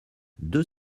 deux